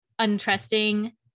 untrusting